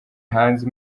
hanze